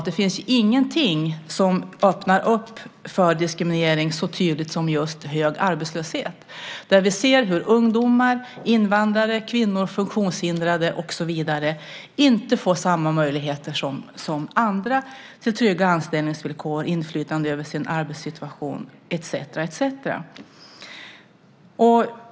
Det finns ingenting som öppnar för diskriminering så tydligt som just hög arbetslöshet. Vi ser hur ungdomar, invandrare, kvinnor, funktionshindrade med flera inte får samma möjlighet som andra när det gäller trygga anställningsvillkor, inflytande över sin arbetssituation etcetera.